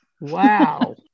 Wow